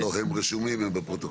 הלוא, הם רשומים, הם בפרוטוקול.